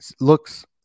looks